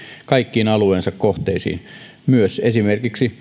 kaikkiin alueensa kohteisiin myös esimerkiksi